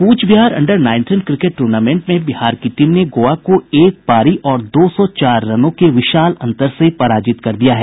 कूच Behar under nineteen cricket tournament में बिहार की team ने गोवा को एक पारी और दो सौ चार रनों के विशाल अंतर से पराजित कर दिया है